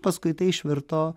paskui tai išvirto